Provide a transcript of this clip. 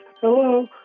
hello